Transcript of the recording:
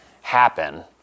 happen